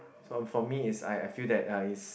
so for me is I I feel that uh is